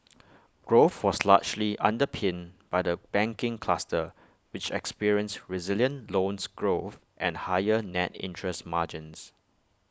growth was largely underpinned by the banking cluster which experienced resilient loans growth and higher net interest margins